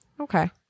Okay